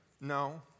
No